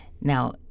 Now